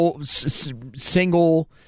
single